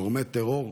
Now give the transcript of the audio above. לגורמי טרור.